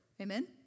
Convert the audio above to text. Amen